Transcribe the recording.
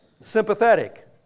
sympathetic